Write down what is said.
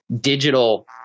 digital